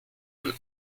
von